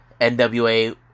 nwa